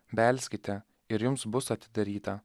belskite ir jums bus atidaryta